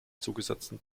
zugesetzten